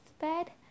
bed